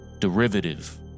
derivative